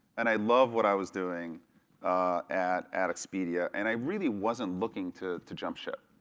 and i loved what i was doing at at expedia, and i really wasn't looking to to jump ship.